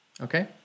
Okay